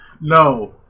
No